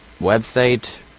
website